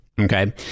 okay